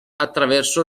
attraverso